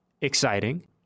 Exciting